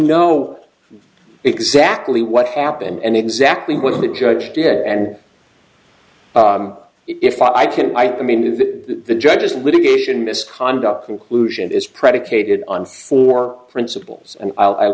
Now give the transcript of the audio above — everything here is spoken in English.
know exactly what happened and exactly what the judge did and if i can i mean do that the judges litigation misconduct conclusion is predicated on four principles and i'll